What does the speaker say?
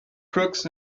crooks